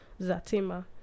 Zatima